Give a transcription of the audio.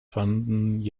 fanden